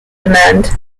demand